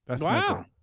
wow